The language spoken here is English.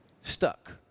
stuck